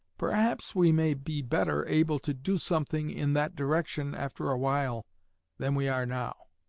perhaps we may be better able to do something in that direction after a while than we are now